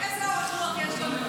איזה אורך רוח יש לנו?